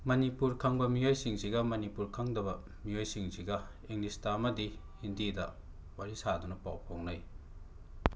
ꯃꯅꯤꯄꯨꯔ ꯈꯪꯕ ꯃꯤꯑꯣꯏꯁꯤꯡꯁꯤꯒ ꯃꯅꯤꯄꯨꯔ ꯈꯪꯗꯕ ꯃꯤꯑꯣꯏꯁꯤꯡꯁꯤꯒ ꯏꯪꯂꯤꯁꯇ ꯑꯃꯗꯤ ꯍꯤꯟꯗꯤꯗ ꯋꯥꯔꯤ ꯁꯥꯗꯨꯅ ꯄꯥꯎ ꯐꯥꯎꯅꯩ